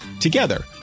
together